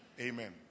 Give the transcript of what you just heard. amen